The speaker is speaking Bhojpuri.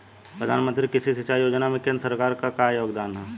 प्रधानमंत्री कृषि सिंचाई योजना में केंद्र सरकार क का योगदान ह?